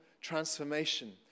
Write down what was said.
transformation